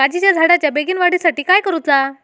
काजीच्या झाडाच्या बेगीन वाढी साठी काय करूचा?